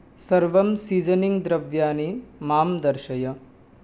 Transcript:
सर्वाणि सीसनिङ्ग् द्रव्याणि मां दर्शय